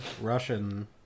Russian